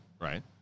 Right